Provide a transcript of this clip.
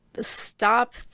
stop